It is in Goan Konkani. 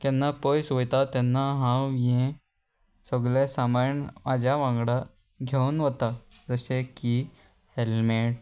केन्ना पयस वयता तेन्ना हांव हें सगलें सामान म्हाज्या वांगडा घेवन वता जशें की हेल्मेट